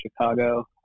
Chicago